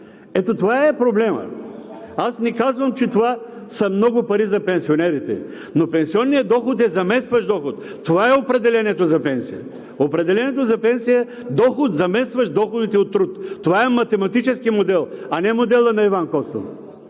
Ето това е проблемът. Аз не казвам, че това са много пари за пенсионерите, но пенсионният доход е заместващ доход – това е определението за пенсия. Определението за пенсия е доход, заместващ доходите от труд. Това е математически модел, а не моделът на Иван Костов.